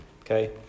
Okay